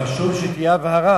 חשוב שתהיה הבהרה.